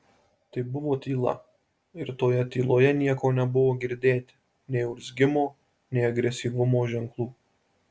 tai buvo tyla ir toje tyloje nieko nebuvo girdėti nei urzgimo nei agresyvumo ženklų